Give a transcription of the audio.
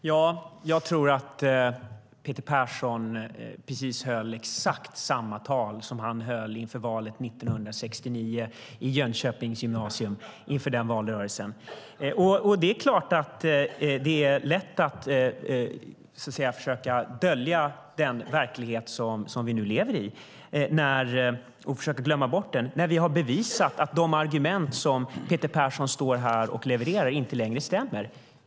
Herr talman! Jag tror att Peter Persson just höll exakt samma tal som han höll i Jönköpings gymnasium under valrörelsen 1969. Det är lätt att försöka dölja den verklighet vi nu lever i och försöka glömma bort den. Vi har bevisat att de argument som Peter Persson levererar inte längre stämmer.